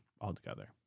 altogether